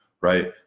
right